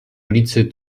ulicy